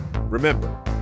Remember